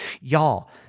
y'all